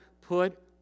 put